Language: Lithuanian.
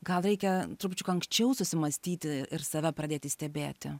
gal reikia trupučiuką anksčiau susimąstyti ir save pradėti stebėti